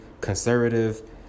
conservative